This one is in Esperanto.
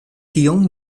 tion